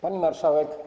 Pani Marszałek!